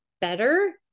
better